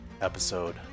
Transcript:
episode